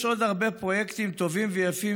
יש עוד הרבה פרויקטים טובים ויפים